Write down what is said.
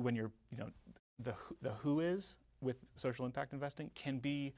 when you're you know the the who is with social impact investing can be